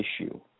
issue